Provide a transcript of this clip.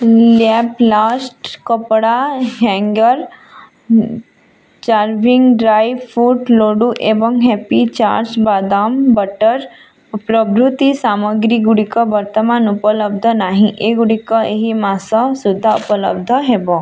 ଲ୍ୟାପ୍ଲାଷ୍ଟ୍ କପଡ଼ା ହ୍ୟାଙ୍ଗର୍ ଚାର୍ଭିଙ୍ଗ dry fruit ଲଡ଼ୁ ଏବଂ ହେପୀ ଚାର୍ଜ ବାଦାମ ବଟର୍ ପ୍ରଭୃତି ସାମଗ୍ରୀଗୁଡ଼ିକ ବର୍ତ୍ତମାନ ଉପଲବ୍ଧ ନାହିଁ ଏଗୁଡ଼ିକ ଏହି ମାସ ସୁଦ୍ଧା ଉପଲବ୍ଧ ହେବ